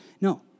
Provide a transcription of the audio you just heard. No